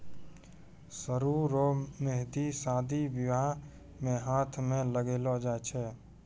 सरु रो मेंहदी शादी बियाह मे हाथ मे लगैलो जाय छै